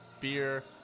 beer